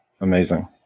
amazing